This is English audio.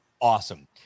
awesome